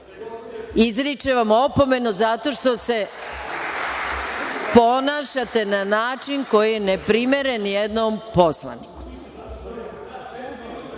vam opomenu zato što se ponašate na način koji je neprimeren jednom poslaniku.(Srđan